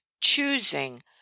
choosing